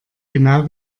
genau